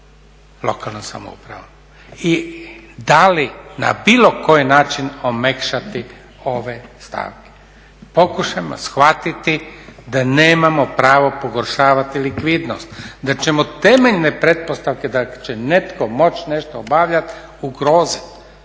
lokalnom samoupravi i da li na bilo koji način omekšati ove stavke. Pokušajmo shvatiti da nemamo pravo pogoršavati likvidnost, da ćemo temeljne pretpostavke da će netko moći nešto obavljati ugroziti.